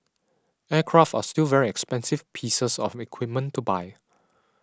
aircraft are still very expensive pieces of equipment to buy